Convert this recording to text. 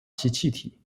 气体